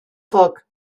foc